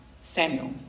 Samuel